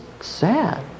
sad